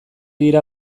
dira